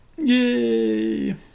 Yay